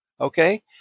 Okay